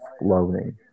floating